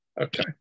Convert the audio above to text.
Okay